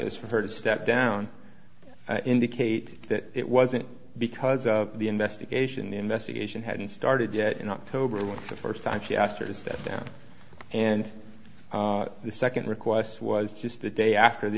is for her to step down indicate that it wasn't because of the investigation the investigation hadn't started yet in october when the first time she asked her to step down and the second request was just a day after the